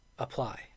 Apply